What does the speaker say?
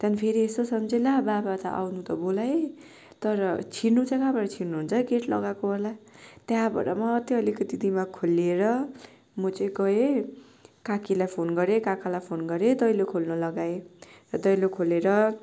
त्यहाँदेखिन् फेरि यसो सम्झिएँ ला बाबा त आउनु त बोलाएँ तर छिर्नु चाहिँ कहाँबाट छिर्नुहुन्छ है गेट लगाएको होला त्यहाँबाट मात्रै अलिकति दिमाग खुलिएर म चाहिँ गएँ काकीलाई फोन गरेँ काकालाई फोन गरेँ दैलो खोल्नु लगाएँ र दैलो खोलेर